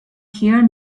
here